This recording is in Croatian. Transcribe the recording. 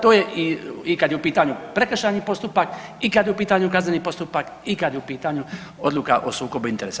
To je i kad je u pitanju prekršajni postupak i kad je u pitanju kazneni postupak i kad je u pitanju odluka o sukobu interesa.